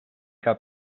que